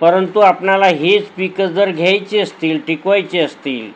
परंतु आपणाला हीच पिकं जर घ्यायची असतील टिकवायची असतील